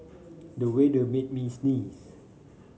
the weather made me sneeze